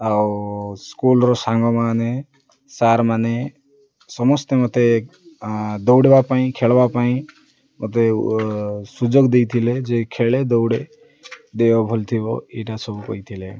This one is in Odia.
ଆଉ ସ୍କୁଲର ସାଙ୍ଗମାନେ ସାର୍ମାନେ ସମସ୍ତେ ମୋତେ ଦୌଡ଼ିବା ପାଇଁ ଖେଳବା ପାଇଁ ମୋତେ ସୁଯୋଗ ଦେଇଥିଲେ ଯେ ଖେଳେ ଦୌଡ଼େ ଦେହ ଭଲ ଥିବ ଏଇଟା ସବୁ କହିଥିଲେ